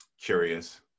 curious